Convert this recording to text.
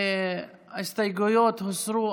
ההסתייגויות הוסרו.